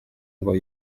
ngo